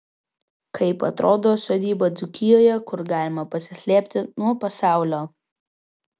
kaip atrodo sodyba dzūkijoje kur galima pasislėpti nuo pasaulio